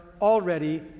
already